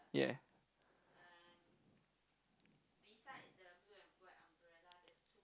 yeah